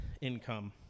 income